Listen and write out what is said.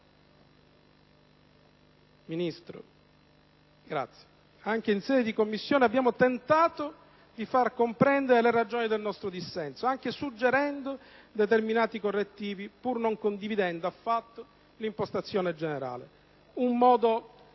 tante volte, anche in sede di Commissione, abbiamo tentato di far comprendere le ragioni del nostro dissenso, anche suggerendo determinati correttivi, pur non condividendo affatto l'impostazione generale. Era un modo